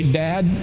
dad